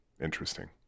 interesting